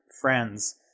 friends